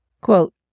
Quote